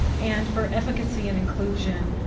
and for efficacy and inclusion,